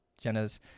Jenna's